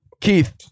Keith